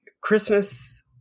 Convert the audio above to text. Christmas